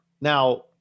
Now